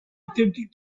attempting